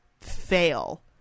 fail